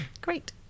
Great